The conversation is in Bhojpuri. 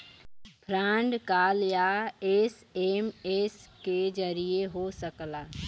फ्रॉड कॉल या एस.एम.एस के जरिये हो सकला